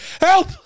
Help